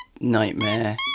nightmare